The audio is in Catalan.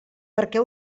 perquè